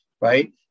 right